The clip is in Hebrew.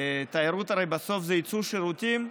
הרי בסוף התיירות זה ייצור שירותים,